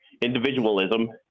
individualism